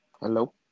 Hello